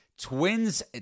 Twins